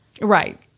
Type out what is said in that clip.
Right